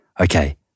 Okay